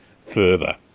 further